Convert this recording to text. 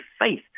faith